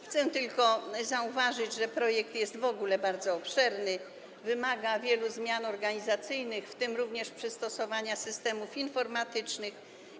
Chcę tylko zauważyć, że projekt jest w ogóle bardzo obszerny, wymaga wielu zmian organizacyjnych, w tym również przystosowania systemów informatycznych.